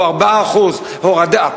הוא 4% הורדה,